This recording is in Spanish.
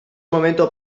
momento